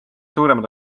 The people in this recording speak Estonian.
suuremad